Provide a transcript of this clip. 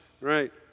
right